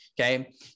Okay